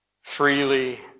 freely